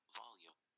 volume